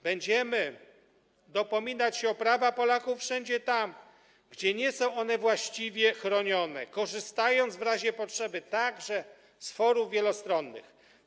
Będziemy dopominać się o prawa Polaków wszędzie tam, gdzie nie są one właściwie chronione, korzystając w razie potrzeby także z forów wielostronnych.